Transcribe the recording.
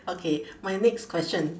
okay my next question